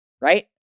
right